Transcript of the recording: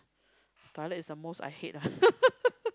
toilet is the most I hate ah